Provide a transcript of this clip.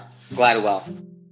Gladwell